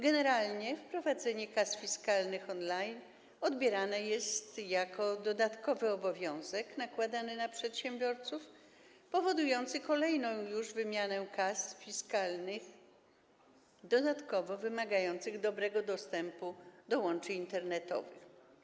Generalnie wprowadzenie kas fiskalnych on-line odbierane jest jako dodatkowy obowiązek nakładany na przedsiębiorców, powodujący kolejną już wymianę kas fiskalnych, dodatkowo wymagających dobrego dostępu do łączy internetowych.